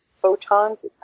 photons